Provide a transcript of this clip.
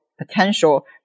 potential